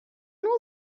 will